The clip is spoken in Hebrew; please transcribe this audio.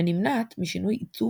ונמנעת משינויי עיצוב